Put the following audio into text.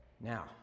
Now